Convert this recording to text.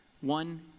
One